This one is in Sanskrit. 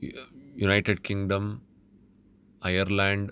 United Kingdom Ireland